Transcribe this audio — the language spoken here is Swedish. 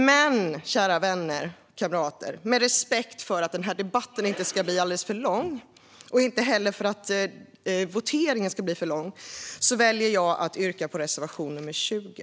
Men, kära vänner och kamrater, för att denna debatt och voteringen inte ska bli alldeles för långa väljer jag att bara yrka bifall till reservation nr 20.